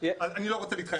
אבל אני לא רוצה להתחייב.